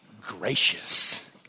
gracious